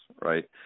right